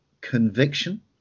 Conviction